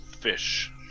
fish